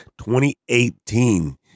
2018